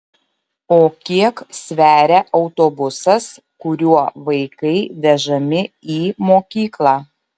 o kiek sveria autobusas kuriuo vaikai vežami į mokyklą